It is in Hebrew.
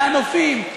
מהנופים,